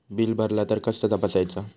Bill भरला तर कसा तपसायचा?